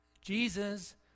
Jesus